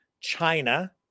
China